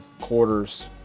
quarters